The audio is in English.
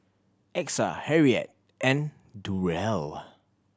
Exa Harriette and Durrell